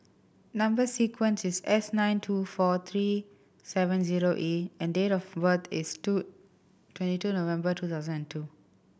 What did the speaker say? number sequence is S nine two four three seven zero E and date of birth is two twenty two November two thousand and two